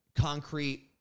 Concrete